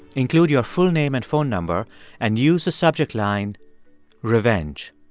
include your full name and phone number and use the subject line revenge.